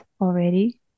already